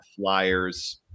Flyers